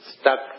stuck